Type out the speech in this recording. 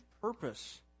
purpose